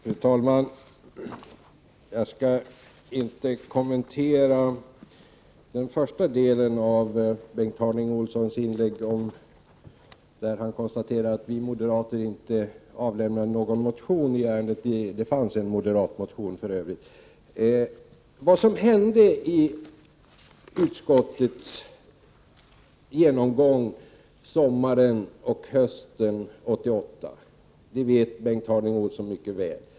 Fru talman! Jag skall inte kommentera den första delen av Bengt Harding Olsons inlägg, där han konstaterar att vi moderater inte väckt någon motion i ärendet. Det finns för övrigt en moderatmotion. Vad som hände vid utskottets genomgång sommaren och hösten 1988 vet Bengt Harding Olson mycket väl.